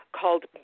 called